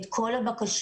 את כל הבקשות,